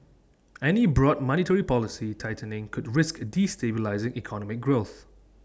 any broad monetary policy tightening could risk destabilising economic growth